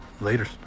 Later